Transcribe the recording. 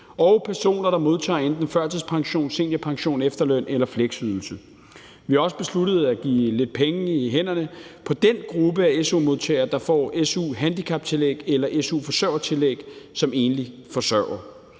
og personer, der modtager enten førtidspension, seniorpension, efterløn eller fleksydelse. Vi har også besluttet at give lidt penge i hænderne på den gruppe af su-modtagere, der får su-handicaptillæg eller su-forsørgertillæg som enlig forsørger.